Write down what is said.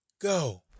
Go